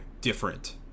different